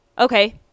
okay